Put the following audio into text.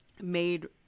made